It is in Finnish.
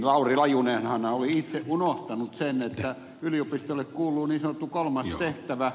lauri lajunenhan on itse unohtanut sen että yliopistolle kuuluu niin sanottu kolmas tehtävä